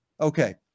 Okay